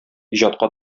иҗатка